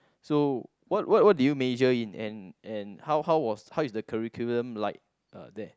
so what what what did you major in and and how how was how is the curriculum like uh there